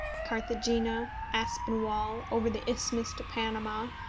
carthagena, aspinwall, over the isthmus to panama,